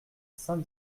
saint